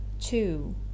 two